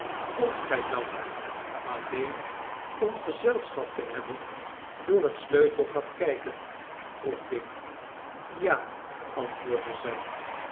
komt gij dan alleen om gezelschap tehebben door het sleutelgat kijken vroeg dick ja antwoordde zij